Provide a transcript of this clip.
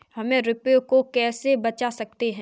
हम रुपये को कैसे बचा सकते हैं?